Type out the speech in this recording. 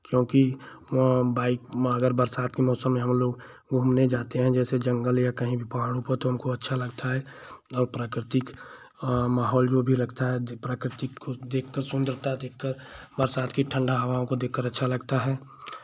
क्योंकि बाइक में अगर बरसात के मौसम में हमलोग घूमने जाते हैं जैसे जंगल या कहीं भी पहाड़ों पर तो हमको अच्छा लगता है और प्राकृतिक माहौल जो भी रखता है प्राकृतिक को देख कर सुंदरता देख कर बरसात की ठंडी हवाओं को देख कर अच्छा लगता है